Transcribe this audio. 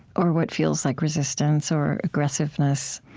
or what feels like resistance or aggressiveness,